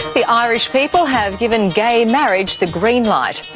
the irish people have given gay marriage the green light.